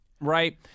right